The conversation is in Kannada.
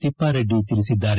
ತಿಪ್ಪಾರೆಡ್ಡಿ ತಿಳಿಸಿದ್ದಾರೆ